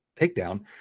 takedown